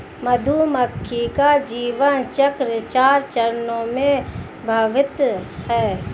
मधुमक्खी का जीवन चक्र चार चरणों में विभक्त है